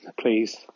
please